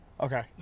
Okay